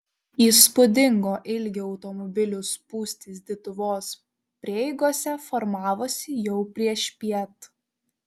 įspūdingo ilgio automobilių spūstys dituvos prieigose formavosi jau priešpiet